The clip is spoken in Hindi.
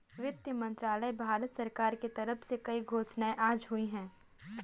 वित्त मंत्रालय, भारत सरकार के तरफ से कई घोषणाएँ आज हुई है